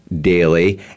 daily